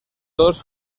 dos